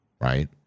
right